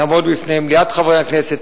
לעמוד בפני מליאת הכנסת,